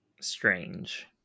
strange